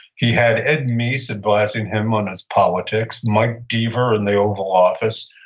he had ed meese advising him on his politics, mike dever in the oval office,